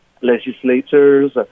legislators